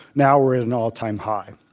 now we're at an all-time high.